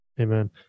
Amen